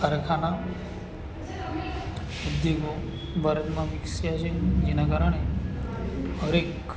કારખાના ઉદ્યોગો ભારતમાં વિકસ્યા છે જેના કારણે હરએક